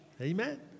Amen